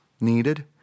needed